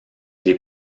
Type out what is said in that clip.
les